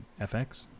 FX